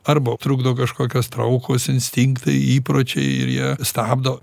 arba trukdo kažkokios traukos instinktai įpročiai ir jie stabdo